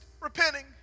repenting